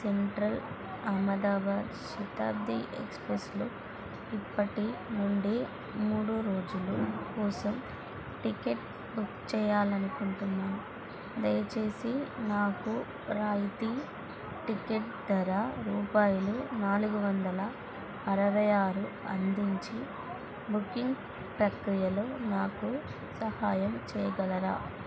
central Ahmedabad Shatabdi ఎక్స్ప్రెస్లో ఇప్పటి నుండి మూడు రోజులు కోసం టిక్కెట్ బుక్ చెయ్యాలి అనుకుంటున్నాను దయచేసి నాకు రాయితీ టిక్కెట్ ధర రూపాయలు నాలుగు వందల అరవై ఆరు అందించి బుకింగ్ ప్రక్రియలో నాకు సహాయం చెయగలరా